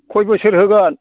खय बोसोर होगोन